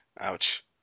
Ouch